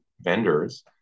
vendors